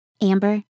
Amber